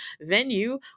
venue